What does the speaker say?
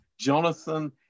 Jonathan